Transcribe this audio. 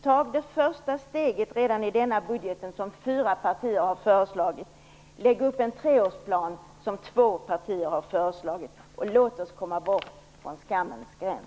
Ta det första steget redan i denna budget, som fyra partier har föreslagit. Lägg upp en treårsplan, som två partier har föreslagit, och låt oss komma bort från skammens gräns.